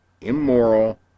immoral